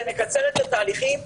זה מקצר את התהליכים.